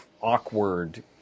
awkward